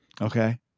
Okay